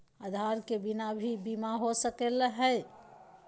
आधार के बिना भी बीमा हो सकले है?